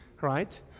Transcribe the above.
Right